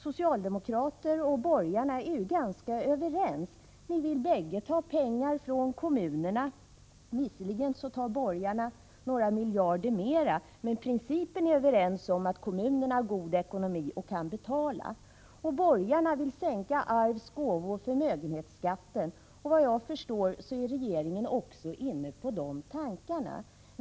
Socialdemokraterna och borgarna är ju ganska överens. Ni vill bägge ta pengar från kommunerna. Visserligen tar borgarna några miljarder mera, men principen är ni överens om, att kommunerna har god ekonomi och kan betala. Borgarna vill sänka arvs-, gåvooch förmögenhetsskatten, och vad jag förstår är regeringen också inne på de tankarna.